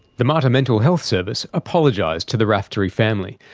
the mater mental health service apologised to the raftery family,